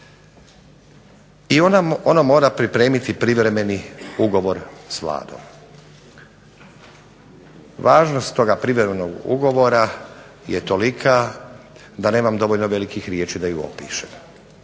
I ono mora pripremiti privremeni ugovor s Vladom. Važnost toga privremenog ugovora je tolika da nemam dovoljno velikih riječi da ju opišem.